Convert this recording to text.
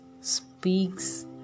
speaks